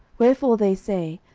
wherefore they say,